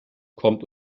kommt